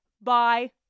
Bye